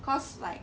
cause like